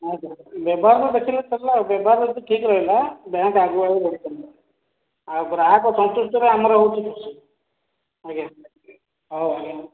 ଆଜ୍ଞା ବ୍ୟବହାର ଦେଖିଲେ ସରିଲା ବ୍ୟବହାର ଯଦି ଠିକ୍ ରହିଲା ବ୍ୟାଙ୍କ୍ ଆଗକୁ ଆଗକୁ ବଢ଼ି ଚାଲିବ ଆଉ ଗ୍ରାହକ ସନ୍ତୁଷ୍ଟରେ ଆମର ରହୁଛି ଆଜ୍ଞା ହଁ ହଉ